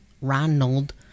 Ronald